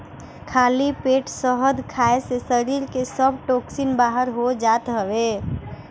खाली पेट शहद खाए से शरीर के सब टोक्सिन बाहर हो जात हवे